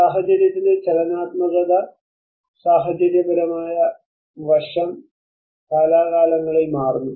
സാഹചര്യത്തിന്റെ ചലനാത്മകത സാഹചര്യപരമായ വശം കാലാകാലങ്ങളിൽ മാറുന്നു